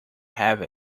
have